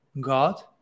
God